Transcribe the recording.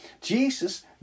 Jesus